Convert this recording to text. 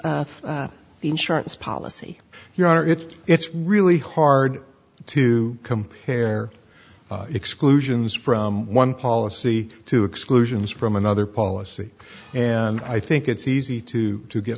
of the insurance policy you are it it's really hard to come here exclusions from one policy to exclusions from another policy and i think it's easy to